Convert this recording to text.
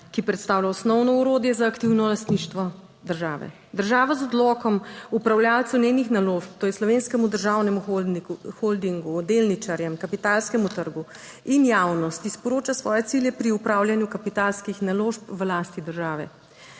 ki predstavlja osnovno orodje za aktivno lastništvo države. Država z odlokom upravljavcu njenih naložb, to je Slovenskemu državnemu holdingu, delničarjem, kapitalskemu trgu in javnosti sporoča svoje cilje pri upravljanju kapitalskih naložb v lasti države.